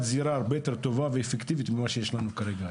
זירה הרבה יותר טובה ואפקטיבית ממה שיש לנו כרגע.